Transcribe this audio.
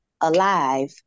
alive